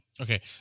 Okay